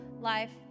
life